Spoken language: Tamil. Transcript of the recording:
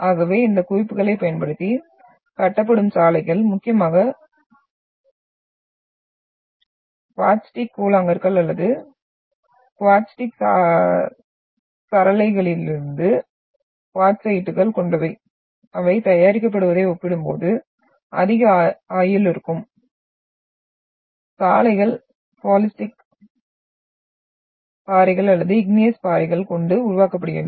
ஆகவே இந்த குவிப்புகளைப் பயன்படுத்தி கட்டப்படும் சாலைகள் முக்கியமாக குவார்ட்ஸிடிக் கூழாங்கற்கள் அல்லது குவார்ட்சிடிக் சரளைகளிலிருந்து குவார்ட்சைட்டுகள் கொண்டவை அவை தயாரிக்கப்படுவதை ஒப்பிடும்போது அதிக ஆயுள் இருக்கும் சாலைகள் பாசால்டிக் பாறைகள் அல்லது இக்னியஸ் பாறைகள் கொண்டு உருவாக்கப்படுகின்றன